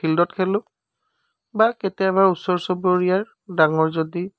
ফিল্ডত খেলোঁ বা কেতিয়াবা ওচৰ চুবুৰীয়াৰ ডাঙৰ যদি